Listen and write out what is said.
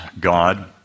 God